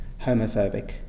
homophobic